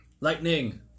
Lightning